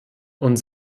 und